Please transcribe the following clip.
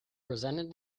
resented